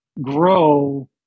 grow